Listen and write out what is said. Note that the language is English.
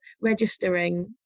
registering